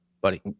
buddy